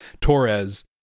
Torres